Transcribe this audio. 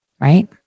Right